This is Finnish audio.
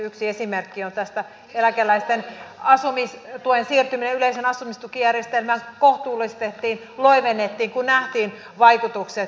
yksi esimerkki tästä on että eläkeläisten asumistuen siirtyminen yleiseen asumistukijärjestelmään kohtuullistettiin loivennettiin kun nähtiin vaikutukset